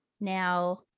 now